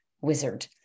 wizard